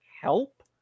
help